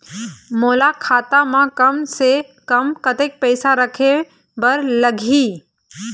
मोला खाता म कम से कम कतेक पैसा रखे बर लगही?